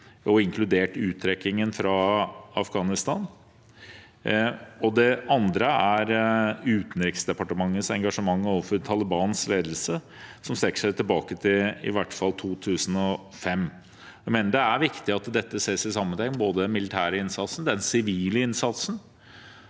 inkludert uttrekkingen fra Afghanistan. Det andre er Utenriksdepartementets engasjement overfor Talibans ledelse, som strekker seg tilbake til i hvert fall 2005. Jeg mener det er viktig at dette ses i sammenheng: både den militære innsatsen og den sivile innsatsen